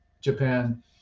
Japan